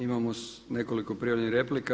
Imamo nekoliko prijavljenih replika.